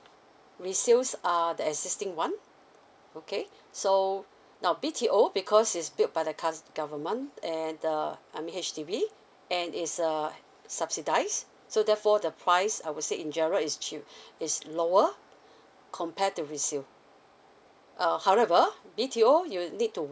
resales are the existing one okay so now B_T_O because is built by the coun~ government and err I mean H_D_B and is err subsidise so there for the price I would say in general is cheap is lower compare to resale err however B_T_O you need to